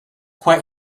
quite